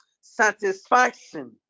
Satisfaction